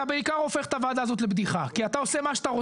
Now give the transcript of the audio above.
אתה בעיקר הופך את הוועדה הזאת לבדיחה כי אתה עושה מה שאתה רוצה.